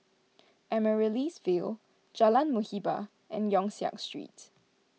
Amaryllis Ville Jalan Muhibbah and Yong Siak Street